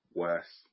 worse